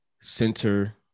center